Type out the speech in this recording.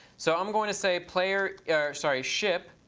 so i'm going to say, player sorry, ship,